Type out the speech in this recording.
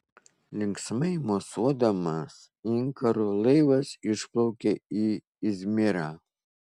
linksmai mosuodamas inkaru laivas išplaukė į izmirą